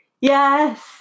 Yes